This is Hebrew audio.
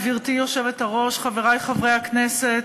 גברתי היושבת-ראש, חברי חברי הכנסת,